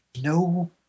no